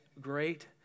great